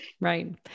Right